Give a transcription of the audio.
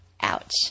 Ouch